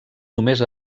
només